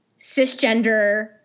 cisgender